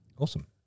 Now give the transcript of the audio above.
Awesome